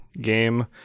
game